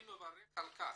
אני מברך על כך.